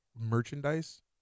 merchandise